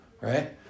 right